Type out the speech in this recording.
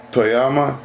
Toyama